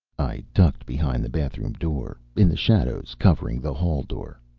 i ducked behind the bathroom door, in the shadows, covering the hall door.